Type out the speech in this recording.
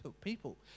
people